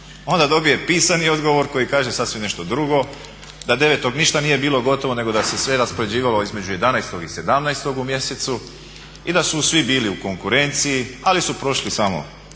Onda dobije pisani odgovor koji kaže sasvim nešto drugo, da 9. ništa nije bilo gotovo nego da se sve raspoređivalo između 11. i 17. u mjesecu i da su svi bili u konkurenciji ali su prošli samo